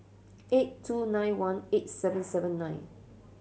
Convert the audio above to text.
eight two nine one eight seven seven nine